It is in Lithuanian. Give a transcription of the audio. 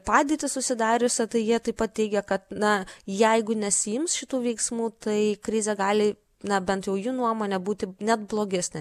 padėtį susidariusią tai jie taip pat teigia kad na jeigu nesiims šitų veiksmų tai krizė gali na bent jau jų nuomone būti net blogesnė